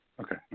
Okay